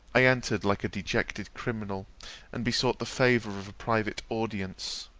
i entered like a dejected criminal and besought the favour of a private audience.